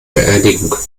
beerdigung